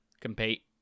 compete